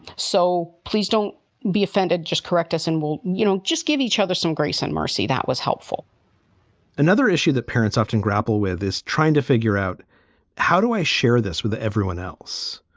so please don't be offended. just correct us and we'll, you know, just give each other some grace and mercy. that was helpful another issue that parents often grapple with is trying to figure out how do i share this with everyone else?